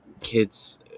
kids